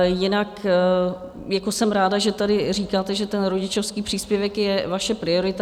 Jinak jsem ráda, že tady říkáte, že rodičovský příspěvek je vaše priorita.